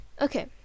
okay